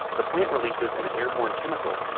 the plant releases an airborne chemical.